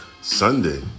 Sunday